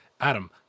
Adam